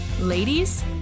Ladies